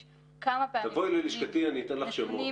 תבואי ללשכתי, אני אתן לך שמות.